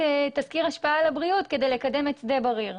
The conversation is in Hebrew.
תסקיר השפעה על הבריאות כדי לקדם את שדה בריר,